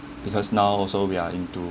because now also we are into